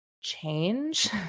change